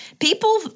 People